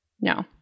No